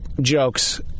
jokes